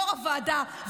יו"ר הוועדה,